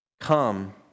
Come